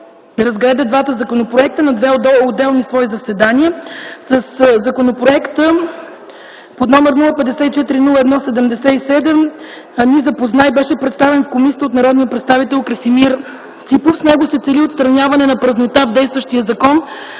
разгледа двата законопроекта на две отделни свои заседания. Със законопроекта, № 054-01-77, ни запозна и беше представен в комисията от народния представител Красимир Ципов. С него се цели отстраняване на празнота в действащия закон,